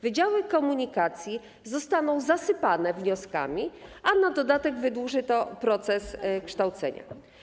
Wydziały komunikacji zostaną zasypane wnioskami, a na dodatek wydłuży to proces kształcenia.